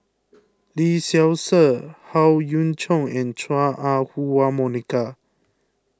Lee Seow Ser Howe Yoon Chong and Chua Ah Huwa Monica